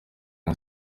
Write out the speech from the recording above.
nka